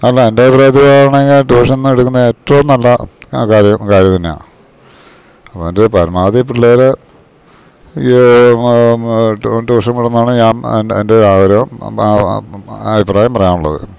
അല്ല എൻ്റെ അഭിപ്രായത്തിലാണെങ്കിൽ ട്യൂഷൻന്ന് എടുക്കുന്ന ഏറ്റോം നല്ല കാര്യം കാര്യം തന്നെയാണ് അപ്പം എൻ്റെ പരമാവധി പിള്ളേർ ഈ ട്യൂഷൻ വിടുന്നാണ് ഞാൻ എൻ്റെ എന്റെ ഒരു ആഗ്രഹം അഭിപ്രായം പറയാനുള്ളത്